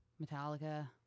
metallica